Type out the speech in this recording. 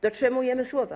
Dotrzymujemy słowa.